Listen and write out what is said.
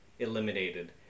eliminated